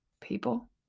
people